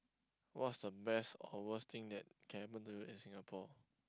what's the best or worst thing that can happen to you in Singapore